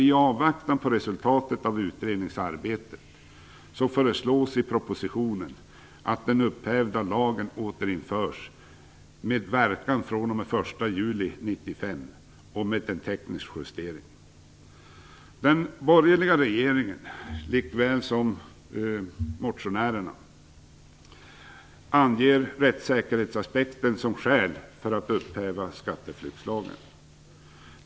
I avvaktan på resultatet av utredningens arbete föreslås i propositionen att den upphävda lagen återinförs med verkan fr.o.m. den 1 juli 1995 och med en teknisk justering. Den borgerliga regeringen angav, liksom motionärerna nu gör, rättssäkerhetsaspekten som skäl för att upphäva skatteflyktslagen.